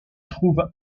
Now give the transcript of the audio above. trouve